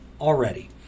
already